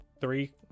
three